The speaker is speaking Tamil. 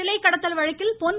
சிலை கடத்தல் வழக்கில் பொன்